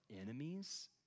enemies